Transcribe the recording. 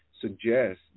suggest